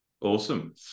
Awesome